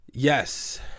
Yes